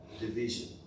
division